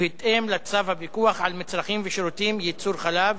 ובהתאם לצו הפיקוח על מצרכים ושירותים (ייצור חלב),